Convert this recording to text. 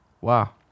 Wow